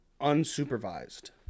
unsupervised